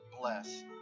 bless